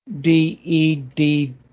D-E-D